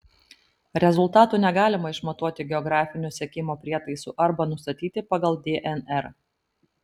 rezultatų negalima išmatuoti geografiniu sekimo prietaisu arba nustatyti pagal dnr